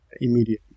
immediately